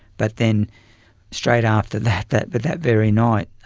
but then straight after that, that but that very night,